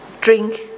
drink